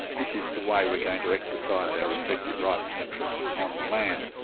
this is the way we're going to exercise our respective rights and interests on the land'.